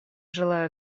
желаю